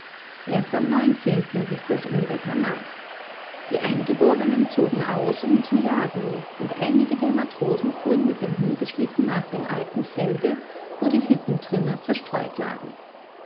erst am ließ das unwetter nach die eingeborenen zogen aus um zu jagen und einige der matrosen fuhren mit dem hundeschlitten nach dem alten felde wo die hüttentrümmer zerstreut lagen